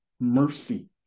mercy